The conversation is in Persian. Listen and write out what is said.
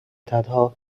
تنها